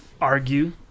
argue